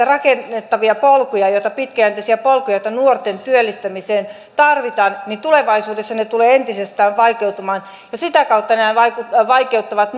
rakennettaviin polkuihin niihin pitkäjänteisiin polkuihin joita nuorten työllistämiseen tarvitaan niin että tulevaisuudessa se tulee entisestään vaikeutumaan ja sitä kautta tämä vaikeuttaa